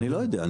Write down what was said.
אני לא יודע,